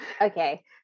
Okay